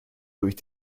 durch